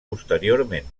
posteriorment